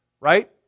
Right